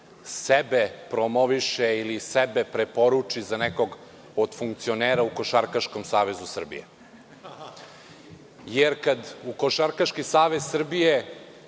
sebe promoviše ili sebe preporuči za nekog od funkcionera u Košarkaškom savezu Srbije, jer kad u Košarkaški savez Srbije